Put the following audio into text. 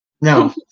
no